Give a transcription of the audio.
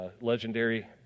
legendary